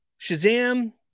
Shazam